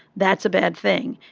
that's a bad thing.